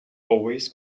always